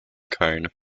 cone